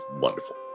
wonderful